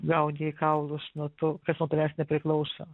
gauni į kaulus nuo to kas nuo tavęs nepriklauso